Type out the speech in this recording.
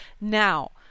now